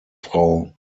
frau